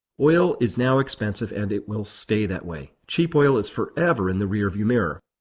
oil is now expensive and it will stay that way. cheap oil is forever in the rearview mirror.